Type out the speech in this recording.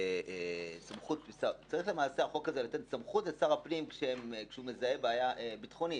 שנותן סמכות לשר הפנים כשהוא מזהה בעיה ביטחונית,